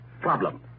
Problem